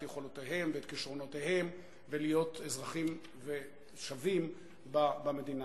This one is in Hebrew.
יכולותיהם ואת כשרונותיהם ולהיות אזרחים שווים במדינה.